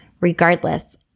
Regardless